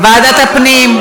ועדת הפנים.